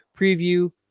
preview